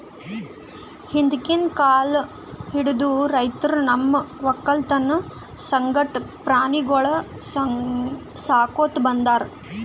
ಹಿಂದ್ಕಿನ್ ಕಾಲ್ ಹಿಡದು ರೈತರ್ ತಮ್ಮ್ ವಕ್ಕಲತನ್ ಸಂಗಟ ಪ್ರಾಣಿಗೊಳಿಗ್ ಸಾಕೋತ್ ಬಂದಾರ್